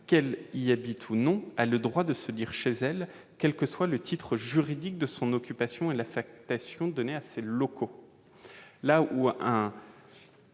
qu'elle y habite ou non, a le droit de se dire chez elle, quel que soit le titre juridique de son occupation et l'affectation donnée aux locaux. La